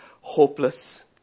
hopeless